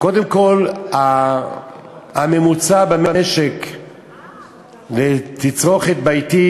קודם כול הממוצע במשק לתצרוכת ביתית,